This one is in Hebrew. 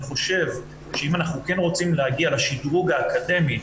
אני חושב שאם אנחנו כן רוצים להגיע לשדרוג האקדמי,